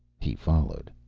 he followed.